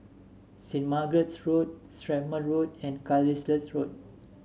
Saint Margaret's Road Strathmore Road and Carlisle Road